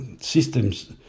systems